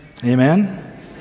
amen